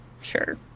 Sure